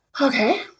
okay